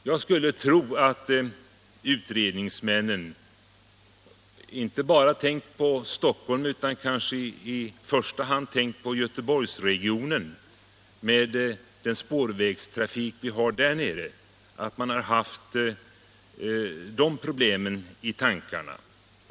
Jag skulle tro att utredningsmännen inte bara tänkt på Stockholm utan kanske i första hand på Göteborgsregionen med den spårvägstrafik som finns där.